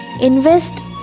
Invest